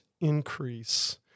increase